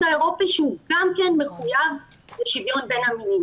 האירופי שגם הוא מחויב לשוויון בין המינים.